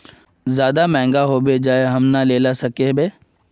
ज्यादा महंगा होबे जाए हम ना लेला सकेबे?